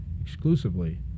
exclusively